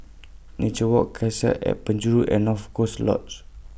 Nature Walk Cassia At Penjuru and North Coast Lodge